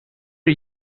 are